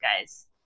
guys